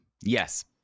Yes